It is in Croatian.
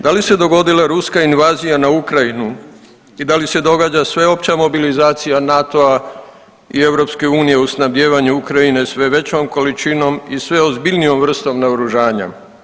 Da li se dogodila ruska invazija na Ukrajinu i da li se događa sveopća mobilizacija NATO-a i EU u snabdijevanju Ukrajine sve većom količinom i sve ozbiljnijom vrstom naoružanja?